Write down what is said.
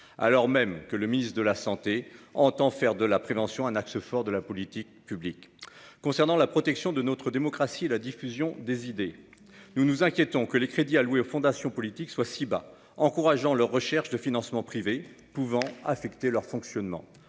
alors même que le ministre de la santé entend faire de la prévention un axe fort de politique publique. Concernant la protection de notre démocratie et la diffusion des idées, nous nous inquiétons que les crédits alloués aux fondations politiques soient si bas. En encourageant ainsi leur recherche de financements privés, nous prenons le risque d'affecter leur fonctionnement.